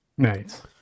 Nice